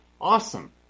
awesome